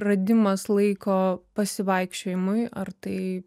radimas laiko pasivaikščiojimui ar tai